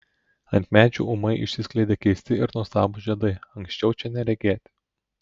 ant medžių ūmai išsiskleidė keisti ir nuostabūs žiedai anksčiau čia neregėti